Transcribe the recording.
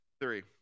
three